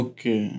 Okay